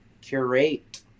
curate